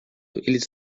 eles